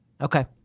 Okay